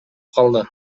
калды